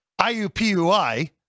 IUPUI